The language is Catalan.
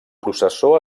processó